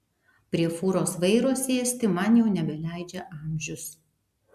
prie fūros vairo sėsti man jau nebeleidžia amžius